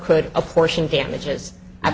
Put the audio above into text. could apportion damages